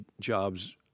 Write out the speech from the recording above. jobs